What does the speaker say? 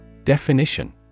Definition